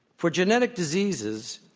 for genetic diseases,